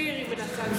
אופיר, היא מנסה לדבר.